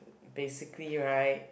basically right